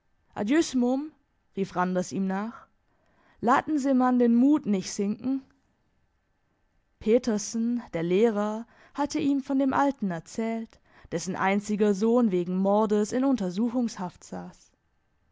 rief randers ihm nach laten se man den mood nicht sinken petersen der lehrer hatte ihm von dem alten erzählt dessen einziger sohn wegen mordes in untersuchungshaft sass